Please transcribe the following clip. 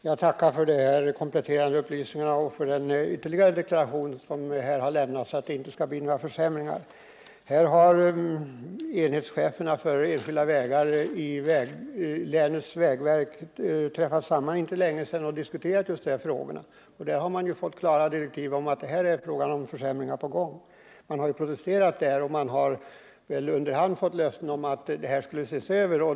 Herr talman! Jag tackar för de kompletterande upplysningarna och för den ytterligare deklaration som här har lämnats om att det inte skall bli några försämringar. Enhetscheferna för enskilda vägar i landet har träffat samman för inte länge sedan och diskuterat just de här frågorna. Man har fått klara direktiv om att försämringar är på gång. Man har protesterat mot det och har väl under hand fått löfte om att bestämmelserna skall ses över.